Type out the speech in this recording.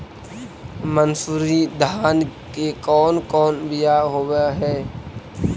मनसूरी धान के कौन कौन बियाह होव हैं?